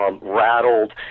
rattled